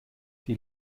die